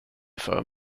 för